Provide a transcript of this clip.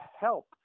help